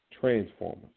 transformers